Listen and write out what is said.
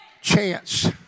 chance